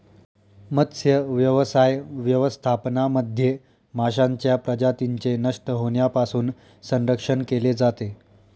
मत्स्यव्यवसाय व्यवस्थापनामध्ये माशांच्या प्रजातींचे नष्ट होण्यापासून संरक्षण केले जाते